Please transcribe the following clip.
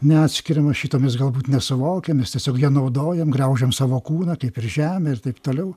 neatskiriama šito mes galbūt nesuvokiam mes tiesiog ją naudojam griaužiam savo kūną kaip ir žemę ir taip toliau